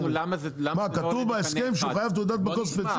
מה, כתוב בהסכם שחייבים תעודת מקור ספציפית?